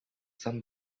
some